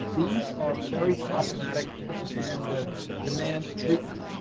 these are very problematic and demand treatment